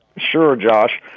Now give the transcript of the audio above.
sure, josh.